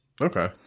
Okay